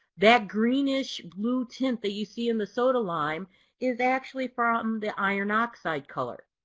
that greenish blue tint that you see in the soda lime is actually from the iron oxide color.